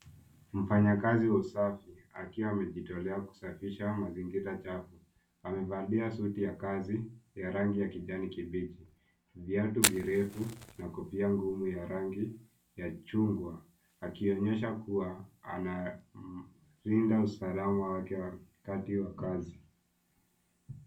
Mfanyakazi wa usafi akiwa amejitolea kusafisha mazingira chafu. Amevalia suti ya kazi ya rangi ya kijani kibichi, viatu virefu na kofia ngumu ya rangi ya chungwa, akionyesha kuwa analinda usalama wake wakati wa kazi.